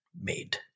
made